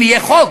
אם יהיה חוק,